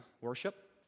worship